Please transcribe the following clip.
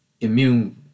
immune